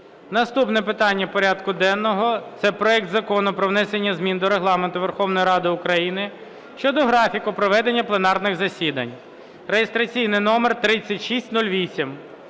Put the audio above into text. Наступне питання порядку денного – це проект Закону про внесення змін до Регламенту Верховної Ради України щодо графіку проведення пленарних засідань (реєстраційний номер 3608).